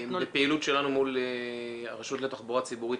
--- זו פעילות שלנו מול הרשות לתחבורה ציבורית,